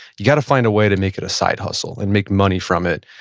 you've got to find a way to make it a side hustle and make money from it.